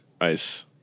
ice